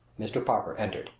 mr. parker entered